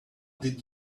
did